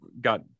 got